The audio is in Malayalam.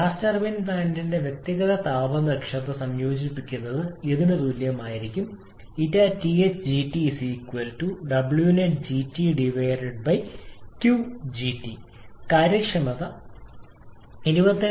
ഗ്യാസ് ടർബൈൻ പ്ലാന്റിന്റെ വ്യക്തിഗത താപ ദക്ഷത സംയോജിപ്പിക്കുന്നത് ഇതിന് തുല്യമായിരിക്കും 𝜂𝑡ℎ𝐺𝑇 𝑊𝑛𝑒𝑡 𝐺𝑇𝑞𝐺𝑇 കാര്യക്ഷമത 27